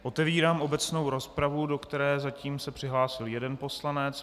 Otevírám obecnou rozpravu, do které se zatím přihlásil jeden poslanec.